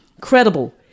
Credible